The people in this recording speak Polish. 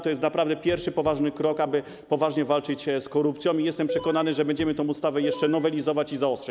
To jest naprawdę pierwszy poważny krok, aby poważnie walczyć z korupcją, i jestem przekonany, że będziemy tę ustawę jeszcze nowelizować i zaostrzać.